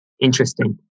interesting